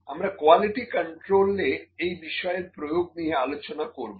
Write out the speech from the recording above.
আমরা quality control এ এই বিষয়ের প্রয়োগ নিয়ে আলোচনা করবো